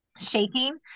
Shaking